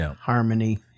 harmony